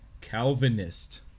Calvinist